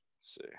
See